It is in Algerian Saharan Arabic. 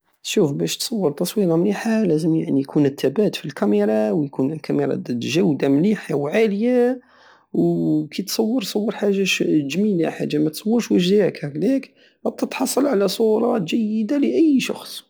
شوف بش تصور تصويرة مليحة لازم يعني يكون التبات في الكميرة ويكون الكميرة دات جودة مليحة وعالية وكي تصور صور حاجة جميلة متصورش واش جاك هكداك تتحصل على صورة جيدة لاي شخص